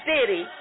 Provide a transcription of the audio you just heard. city